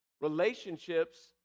Relationships